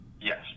Yes